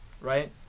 right